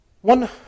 One